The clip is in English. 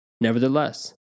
Nevertheless